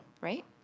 Right